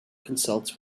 consults